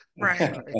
Right